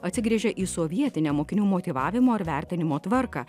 atsigręžia į sovietinę mokinių motyvavimo ir vertinimo tvarką